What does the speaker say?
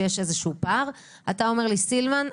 שיש איזשהו פער ואתה אומר לי "סילמן,